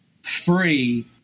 free